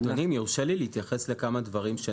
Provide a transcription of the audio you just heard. אדוני, אם יורשה לי להתייחס לכמה דברים.